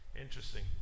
interesting